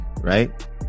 right